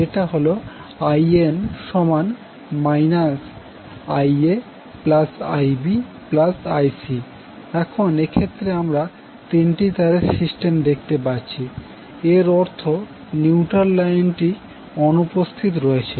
যেটা হল In IaIbIc এখন এক্ষেত্রে আমরা তিনটি তারের সিস্টেম দেখতে পাচ্ছি এর অর্থ নিউট্রাল লাইনটি অনুপস্থিত রয়েছে